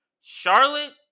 Charlotte